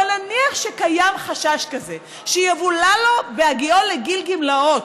אבל נניח שקיים חשש כזה שיבולע לו בהגיעו לגיל גמלאות,